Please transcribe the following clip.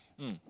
mm